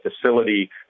facility